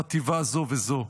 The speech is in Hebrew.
חטיבה זו וזו.